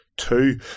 Two